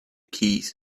keys